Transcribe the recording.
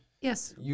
yes